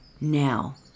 now